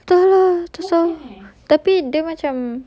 tu tu tapi dia macam